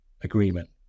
agreement